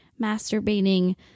masturbating